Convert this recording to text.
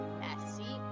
messy